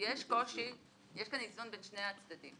יש כאן איזון בין שני הצדדים.